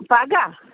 پگاہ